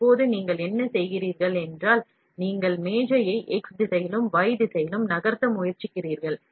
இப்போது நீங்கள் என்ன செய்கிறீர்கள் என்றால் அட்டவணையை x திசையிலும் y திசையிலும் நகர்த்த முயற்சிக்கிறீர்கள்